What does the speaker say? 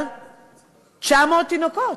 אבל 900 תינוקות,